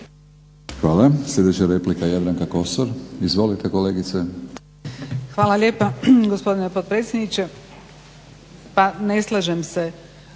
Hvala. Sljedeća replika Jadranka Kosor. Izvolite kolegice. **Kosor, Jadranka (HDZ)** Hvala lijepa gospodine potpredsjedniče. Pa ne slažem se